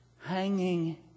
hanging